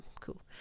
cool